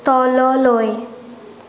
তললৈ